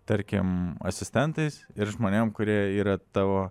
tarkim asistentais ir žmonėm kurie yra tavo